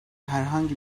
herhangi